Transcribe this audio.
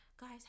guys